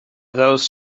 those